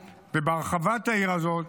ובהרחבת העיר הזאת,